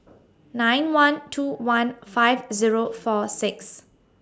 nine one two one five Zero four six